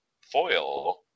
foil